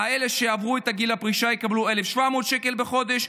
אלה שעברו את גיל הפרישה יקבלו 1,700 שקל בחודש,